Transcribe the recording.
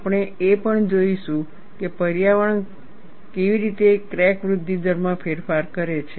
આપણે એ પણ જોઈશું કે પર્યાવરણ કેવી રીતે ક્રેક વૃદ્ધિ દર માં ફેરફાર કરે છે